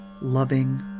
loving